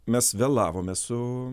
mes vėlavome su